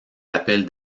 appels